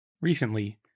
Recently